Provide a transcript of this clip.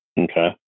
Okay